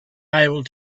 able